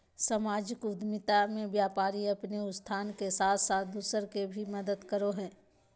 सामाजिक उद्द्मिता मे व्यापारी अपने उत्थान के साथ साथ दूसर के भी मदद करो हय